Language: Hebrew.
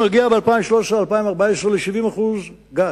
אנחנו נגיע ב-2013 2014 ל-70% גז.